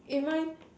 it my